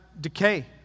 decay